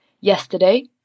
Yesterday